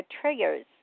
triggers